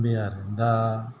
बे आरो दा